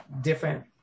different